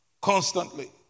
Constantly